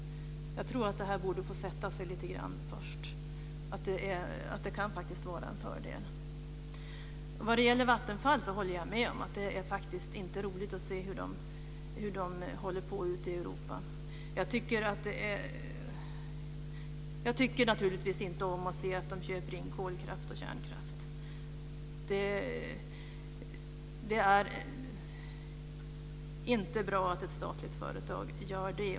Jag tror att det här borde få sätta sig lite grann först. Det kan faktiskt vara en fördel. Vad det gäller Vattenfall håller jag med: Det är faktiskt inte roligt att se hur man håller på ute i Europa. Jag tycker naturligtvis inte om att se att man köper in kolkraft och kärnkraft. Det är inte bra att ett statligt företag gör det.